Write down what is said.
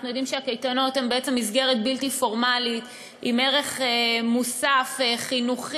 אנחנו יודעים שהקייטנות הן בעצם מסגרת בלתי פורמלית עם ערך מוסך חינוכי,